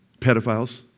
pedophiles